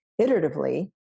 iteratively